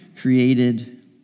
created